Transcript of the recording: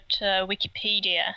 Wikipedia